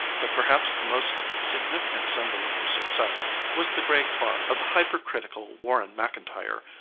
but perhaps the most significant symbol of her success was the gray car of the hypercritical warren mcintyre,